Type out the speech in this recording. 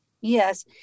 Yes